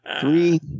three